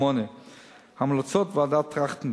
8. המלצות ועדת-טרכטנברג,